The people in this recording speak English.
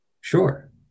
Sure